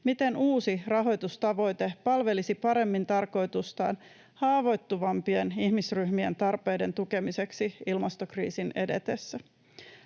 miten uusi rahoitustavoite palvelisi paremmin tarkoitustaan haavoittuvampien ihmisryhmien tarpeiden tukemiseksi ilmastokriisin edetessä.